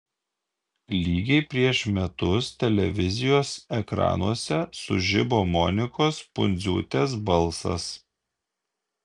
lygiai prieš metus televizijos ekranuose sužibo monikos pundziūtės balsas